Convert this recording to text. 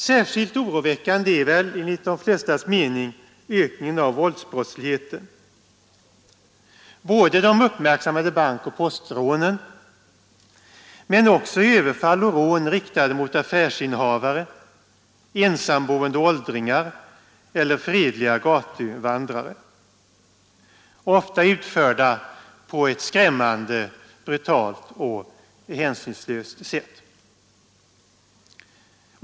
Särskilt oroväckande är väl enligt de flestas mening ökningen av våldsbrottsligheten, både de uppmärksammade bankoch postrånen men också överfall och rån riktade mot affärsinnehavare, ensamboende åldringar eller fredliga gatuvandrare och ofta utförda på ett skrämmande brutalt och hänsynslöst sätt.